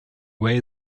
way